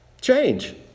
Change